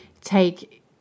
take